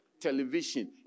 Television